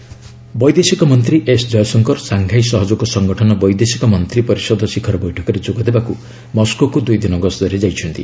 Jaishankar SCO ବୈଦେଶିକ ମନ୍ତ୍ରୀ S Jaishankar Shanghai ସହଯୋଗ ସଂଗଠନ ବୈଦେଶିକ ମନ୍ତ୍ରୀ ପରିଷଦ ଶୀଖର ବୈଠକରେ ଯୋଗ ଦେବାକୁ ମସ୍କୋକୁ ଦୂଇ ଦିନ ଗସ୍ତରେ ଯାଇଛନ୍ତି